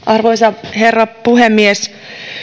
arvoisa herra puhemies nyt